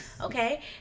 Okay